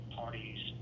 parties